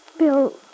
Bill